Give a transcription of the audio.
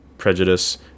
Prejudice